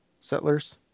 settlers